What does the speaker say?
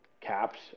caps